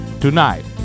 tonight